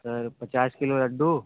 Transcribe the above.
sir पचास kilo Laddu